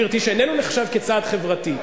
שאיננו נחשב כצעד חברתי,